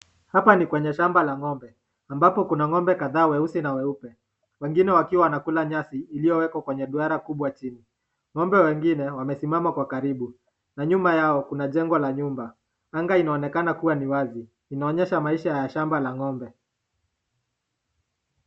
Hapa ni kwenye shamba la ng'ombe ambapo kuna ng'ombe kadhaa weusi na weupe. Wengine wakiwa wanakula nyasi iliyowekwa kwenye duara kubwa chini. Ng'ombe wengine wamesimama kwa karibu na nyuma yao kuna jengo la nyumba. Anga inaonekana kuwa ni wazi inaonyesha maisha ya shamba la ng'ombe.